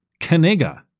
Kaniga